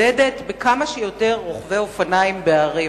לצדד בכמה שיותר רוכבי אופניים בערים,